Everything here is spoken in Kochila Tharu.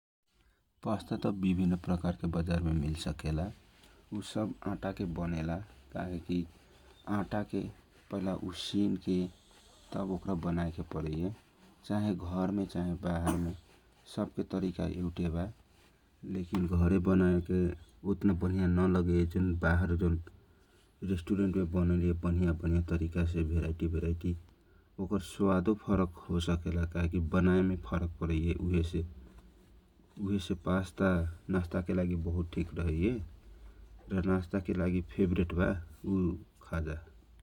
पासता त विभिन्न प्रकारके बजार में मिलसकेला उसब आटा के बनेला काहेकी पहिला आटा के पानी में उसीन के तब ओक रा बनाए के पराइए चाहे घर में चाहे बाहर पकाए के तरिका त एउटे बा लेखिन घरे बनायल उतना बनिया नरहईए जौन बहर रेस्टुरेन्ट बनिया बनिया तरिका भेराइटी भेराइटी ओकर सवादो फरक होसकेला काहे की बनाए मे फरक परेला उहेसे पास्ता नासथा के लागी ठीक रहैय ।